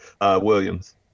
Williams